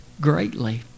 greatly